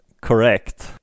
correct